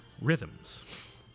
rhythms